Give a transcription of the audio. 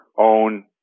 own